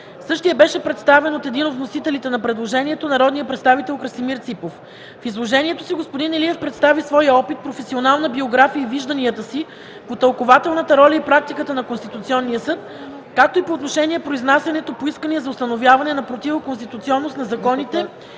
Същият беше представен от един от вносителите на предложението – народния представител Красимир Ципов. В изложението си господин Илиев представи своя опит, професионална биография и вижданията си по тълкувателната роля и практиката на Конституционния съд, както и по отношение произнасянето по искания за установяване на противоконституционност на законите